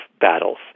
battles